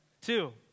Two